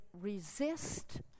resist